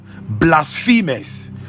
blasphemous